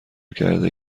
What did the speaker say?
کرده